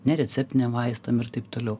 nereceptiniam vaistam ir taip toliau